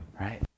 right